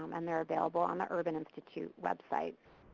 um and theyre available on the urban institute website.